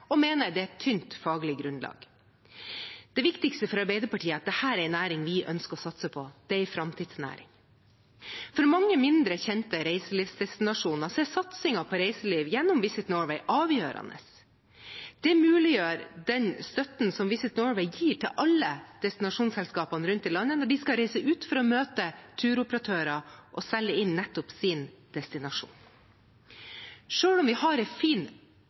og mener det er et tynt faglig grunnlag. Det viktigste for Arbeiderpartiet er at dette er en næring vi ønsker å satse på, det er en framtidsnæring. For mange mindre kjente reiselivsdestinasjoner er satsingen på reiseliv gjennom Visit Norway avgjørende. Det muliggjør den støtten Visit Norway gir til alle destinasjonsselskapene rundt om i landet når de skal reise ut for å møte turoperatører og selge inn nettopp sin destinasjon. Selv om vi har en fin økning i overnattingsdøgn i Norge, er